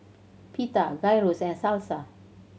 Pita Gyros and Salsa